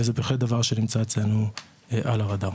וזה בהחלט דבר שנמצא אצלנו על הרדאר.